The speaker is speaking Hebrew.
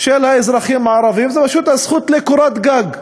של האזרחים הערבים, וזו פשוט הזכות לקורת גג.